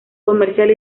comercial